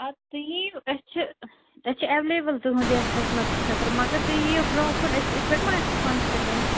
اَدٕ تُہۍ یِیِو أسۍ چھِ أسۍ چھِ اٮ۪ولیبٕل تُہٕنٛز خٔذمَتس خٲطرٕ مگر تُہۍ یِیِو برٛونٛہہ کُن أسۍ یِتھ پٲٹھۍ مَہ ہٮ۪کو فونَس پٮ۪ٹھ ؤنِتھ